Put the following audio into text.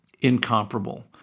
incomparable